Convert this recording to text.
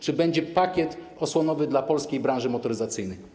Czy będzie pakiet osłonowy dla polskiej branży motoryzacyjnej?